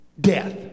death